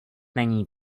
není